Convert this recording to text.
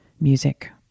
music